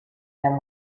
them